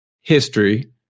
history